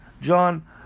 John